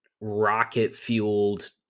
rocket-fueled